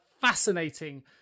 fascinating